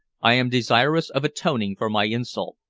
i am desirous of atoning for my insult,